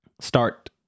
start